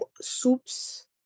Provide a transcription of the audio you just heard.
soups